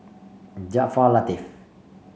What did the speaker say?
Jaafar Latiff